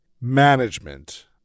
management